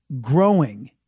growing